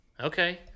Okay